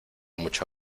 mucho